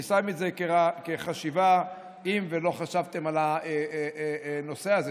אני שם את זה כחשיבה, אם ולא חשבתם על הנושא הזה.